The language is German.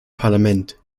parlament